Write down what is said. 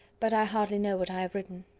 but i hardly know what i have written.